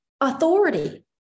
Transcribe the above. authority